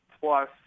plus